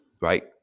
Right